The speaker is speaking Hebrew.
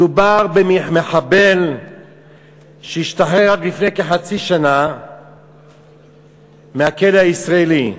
מדובר במחבל שהשתחרר רק לפני כחצי שנה מהכלא הישראלי.